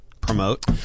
promote